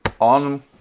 on